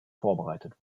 vorbereitet